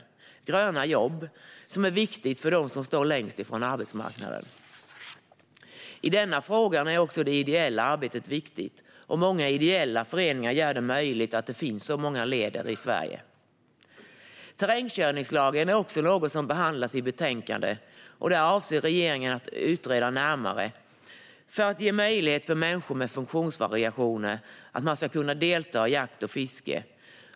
Det är gröna jobb som är viktiga för dem som står längst från arbetsmarknaden. I denna fråga är också det ideella arbetet viktigt, och många ideella föreningar gör att det finns så många leder i Sverige. Terrängkörningslagen behandlas också i betänkandet. Där avser regeringen att utreda närmare att det ska bli möjligt för människor med funktionsvariationer att delta i jakt och fiske.